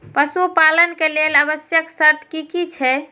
पशु पालन के लेल आवश्यक शर्त की की छै?